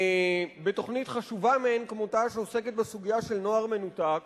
בתוכנית חשובה מאין כמותה שעוסקת בסוגיה של נוער מנותק.